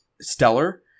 stellar